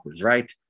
right